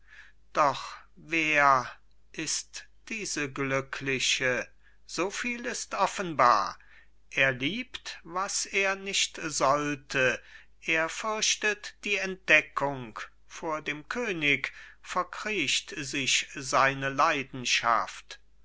doch wer ist diese glückliche soviel ist offenbar er liebt was er nicht sollte er fürchtet die entdeckung vor dem könig verkriecht sich seine leidenschaft